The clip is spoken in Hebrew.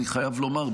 אני חייב לומר,